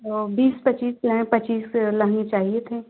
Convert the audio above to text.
ओ बीस पच्चीस लेंह पच्चीस लहँगे चाहिए थे